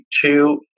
two